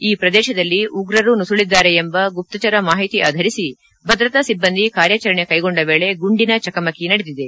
ಈ ಪ್ರದೇಶದಲ್ಲಿ ಉಗ್ರರು ನುಖಳಿದಿದ್ದಾರೆ ಎಂಬ ಗುಪ್ತಚರ ಮಾಹಿತಿ ಆಧಾರಿಸಿ ಭದ್ರತಾ ಸಿಬ್ಬಂದಿ ಕಾರ್ಯಾಚರಣೆ ಕೈಗೊಂಡ ವೇಳೆ ಗುಂಡಿನ ಚಕಮಕಿ ನಡೆದಿದೆ